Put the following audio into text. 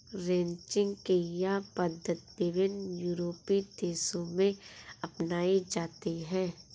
ranching की यह पद्धति विभिन्न यूरोपीय देशों में अपनाई जाती है